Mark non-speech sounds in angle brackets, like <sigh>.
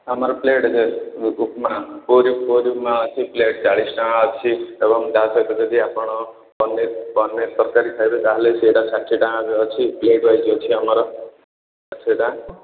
ଆମର ପ୍ଲେଟ <unintelligible> ଉପମା ପୁରି ପୁରି ଉପମା ଅଛି ପ୍ଲେଟ୍ ଚାଳିଶ ଟଙ୍କା ଅଛି ଏବଂ ତା ସହିତ ଯଦି ଆପଣ ପନିର ପନିର ତରକାରୀ ଖାଇବେ ତା'ହାଲେ ସେଇଟା ଷାଠିଏ ଟଙ୍କା ବି ଅଛି ପ୍ଲେଟ ୱାଇଜ ଅଛି ଆମର ସେଇଟା